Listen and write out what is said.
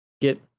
Get